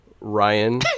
Ryan